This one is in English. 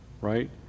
right